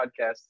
podcast